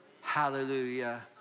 Hallelujah